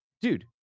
dude